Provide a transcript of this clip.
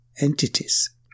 entities